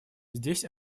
здесь